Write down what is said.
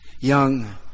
young